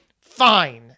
fine